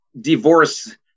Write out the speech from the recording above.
divorce